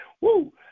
Woo